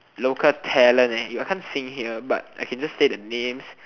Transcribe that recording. local talent I can't sing here but I can just say the names